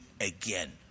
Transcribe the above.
again